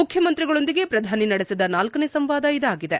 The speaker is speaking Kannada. ಮುಖ್ಯಮಂತ್ರಿಗಳೊಂದಿಗೆ ಪ್ರಧಾನಿ ನಡೆಸಿದ ನಾಲ್ನೇ ಸಂವಾದ ಇದಾಗಿದೆ